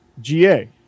GA